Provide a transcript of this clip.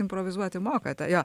improvizuoti mokate jo